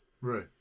Right